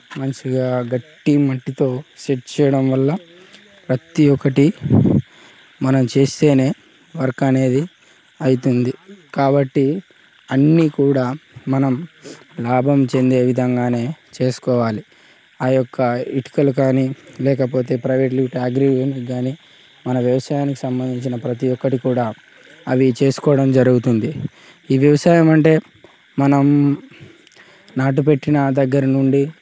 మంచిగా గట్టి మట్టితో సెట్ చేయడం వల్ల ప్రతీ ఒక్కటి మనం చేస్తేనే వర్క్ అనేది అవుతుంది కాబట్టి అన్నీ కూడా మనం లాభం చెందే విధంగానే చేసుకోవాలి ఆ యొక్క ఇటుకలు కానీ లేకపోతే ప్రైవేట్ లిమిటెడ్ అగ్రి కానీ మన వ్యవసాయానికి సంబంధించిన ప్రతీ ఒక్కటి కూడా అవి చేసుకోవడం జరుగుతుంది ఈ వ్యవసాయం అంటే మనం నాటు పెట్టిన దగ్గర నుండి